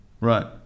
Right